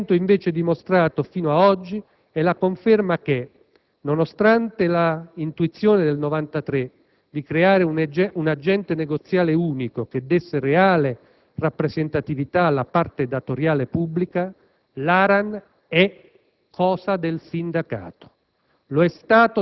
ma l'atteggiamento invece dimostrato fino a oggi è la conferma che, nonostante l'intuizione del 1993 di creare un agente negoziale unico che desse reale rappresentatività alla parte datoriale pubblica, l'ARAN è cosa del sindacato.